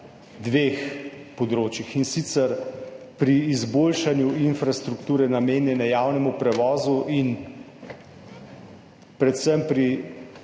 dveh področjih, in sicer pri izboljšanju infrastrukture, namenjene javnemu prevozu, predvsem pri